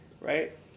right